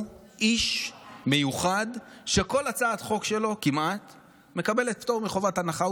הוא איש מיוחד שכמעט כל הצעת חוק שלו מקבלת פטור מחובת הנחה.